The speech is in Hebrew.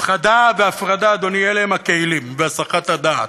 הפחדה והפרדה, אדוני, אלה הם הכלים, והסחת הדעת.